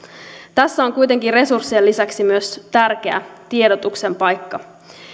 tässä on kuitenkin resurssien lisäksi myös tärkeä tiedotuksen paikka